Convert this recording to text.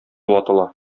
ватыла